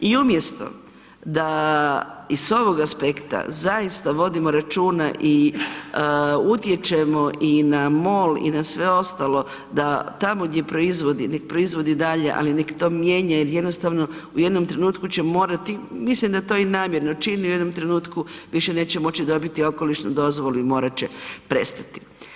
I umjesto da i s ovog aspekta zaista vodimo računa i utječemo i na MOL i na sve ostalo da tamo gdje proizvodi, neka proizvodi dalje ali neka to mijenja jer jednostavno u jednom trenutku će morati, mislim da to i namjerno čini, u jednom trenutku više neće moći dobiti okolišnu dozvolu i morati će prestati.